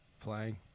playing